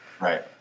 Right